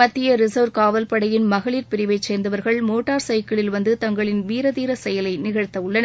மத்திய ரிசர்வ் காவல் படையின் மகளிர் பிரிவைச் சேர்ந்தவர்கள் மோட்டார் கைக்கிளில் வந்து தங்களின் வீரதீரச் செயலை நிகழ்த்தவுள்ளனர்